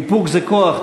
איפוק זה כוח.